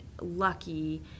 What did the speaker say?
lucky